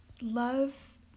love